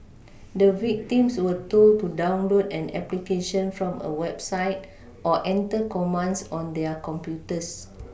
the victims were told to download an application from a website or enter commands on their computers